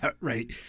right